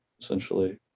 essentially